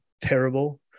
terrible